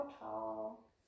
tall